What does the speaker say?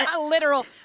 Literal